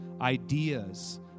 ideas